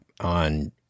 on